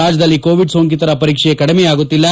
ರಾಜ್ಯದಲ್ಲಿ ಕೋವಿಡ್ ಸೋಂಕಿತರ ಪರೀಕ್ಷೆ ಕಡಿಮೆಯಾಗುತ್ತಿಲ್ಲ